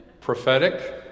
Prophetic